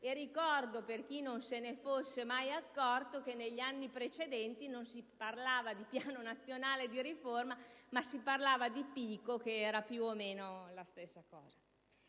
Ricordo, per chi non se ne fosse mai accorto, che negli anni precedenti non si parlava di piano nazionale di riforma, ma si parlava di PICO, che era più o meno la stessa cosa.